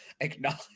acknowledge